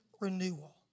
renewal